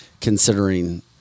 considering